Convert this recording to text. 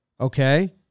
Okay